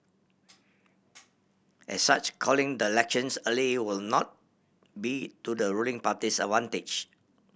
as such calling the elections early will not be to the ruling party's advantage